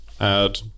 add